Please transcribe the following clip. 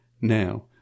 now